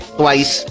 twice